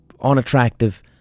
unattractive